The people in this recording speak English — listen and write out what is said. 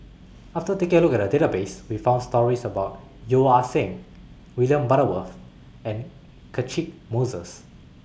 after taking A Look At The Database We found stories about Yeo Ah Seng William Butterworth and Catchick Moses